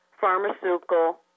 pharmaceutical